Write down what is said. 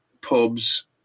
pubs